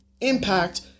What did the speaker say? impact